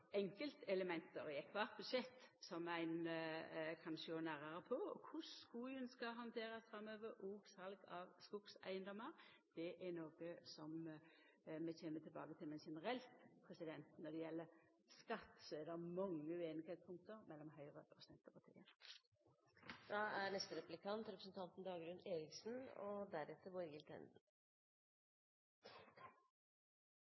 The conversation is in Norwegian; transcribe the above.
budsjett som ein kan sjå nærare på. Korleis skogen skal handterast framover – òg sal av skogseigedomar – er noko som vi kjem tilbake til. Men generelt når det gjeld skatt, er det mange punkt som Høgre og Senterpartiet er